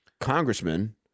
congressman